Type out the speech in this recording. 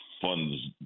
funds